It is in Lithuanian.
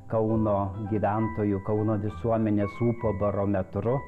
kauno gyventoju kauno visuomenės ūpą barometru